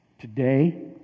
Today